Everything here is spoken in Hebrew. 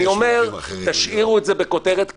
אני אומר לכם שתשאירו את זה בכותרת כללית: